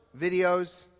videos